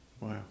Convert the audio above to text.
Wow